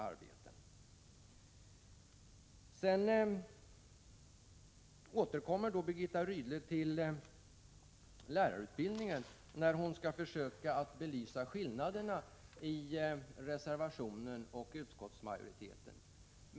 Birgitta Rydle återkommer till lärarutbildningen när hon försöker belysa skillnaderna mellan reservanternas och utskottsmajoritetens uppfattning.